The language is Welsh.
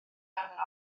arno